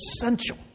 essential